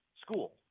school